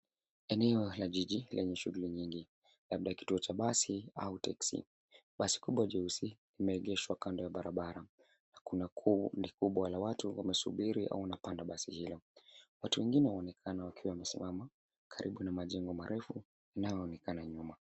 Eneo la jiji lenye shughuli nyingi labda kituo cha basi au teksi. Basi kubwa jeusi limeegeshwa kando ya barabara. Kuna kundi kubwa la watu wanasubiri au wanapanda basi hio. Watu wengine wanaonekana wakiwa wamesimama karibu na majengo marefu inayoonekana nyuma.